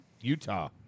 Utah